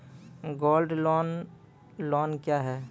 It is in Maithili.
गोल्ड लोन लोन क्या हैं?